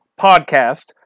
podcast